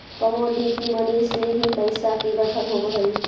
commodity money से ही पैसा के गठन होवऽ हई